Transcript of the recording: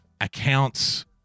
accounts